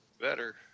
Better